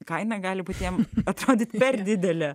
kaina gali būti jam atrodyti per didelė